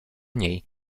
niej